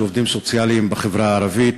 של עובדים סוציאליים בחברה הערבית,